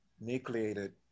nucleated